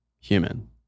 human